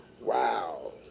Wow